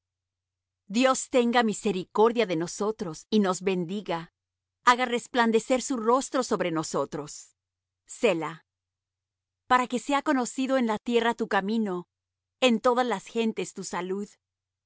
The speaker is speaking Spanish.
dios tenga misericordia de nosotros y nos bendiga haga resplandecer su rostro sobre nosotros selah para que sea conocido en la tierra tu camino en todas las gentes tu salud